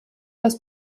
das